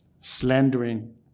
slandering